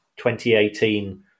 2018